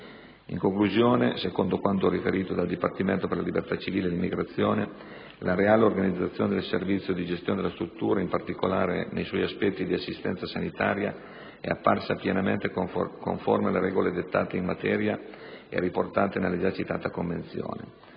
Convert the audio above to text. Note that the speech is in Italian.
In conclusione, secondo quanto riferito dal Dipartimento per le libertà civili e l'immigrazione, la reale organizzazione del servizio di gestione della struttura, in particolare nei suoi aspetti di assistenza sanitaria, è apparsa pienamente conforme alle regole dettate in materia e riportate nella già citata convenzione.